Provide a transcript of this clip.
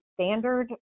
standard